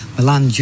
Milan